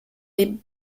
les